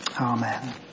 Amen